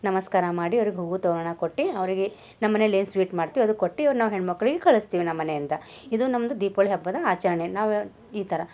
ನಮಸ್ಕಾರ ಮಾಡಿ ಅವ್ರಿಗೆ ಹೂವು ತೋರಣ ಕೊಟ್ಟು ಅವ್ರಿಗೆ ನಮ್ಮ ಮನೇಲಿ ಏನು ಸ್ವೀಟ್ ಮಾಡ್ತೀವಿ ಅದು ಕೊಟ್ಟು ನಾವು ಹೆಣ್ಮಕ್ಳಿಗೆ ಕಳಿಸ್ತೀವಿ ನಮ್ಮ ಮನೆಯಿಂದ ಇದು ನಮ್ದು ದೀಪೊಳಿ ಹಬ್ಬದ ಆಚರಣೆ ನಾವು ಈ ಥರ